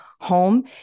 home